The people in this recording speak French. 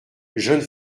jeune